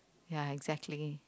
ya exactly